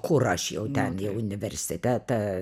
kur aš jau ten į universitetą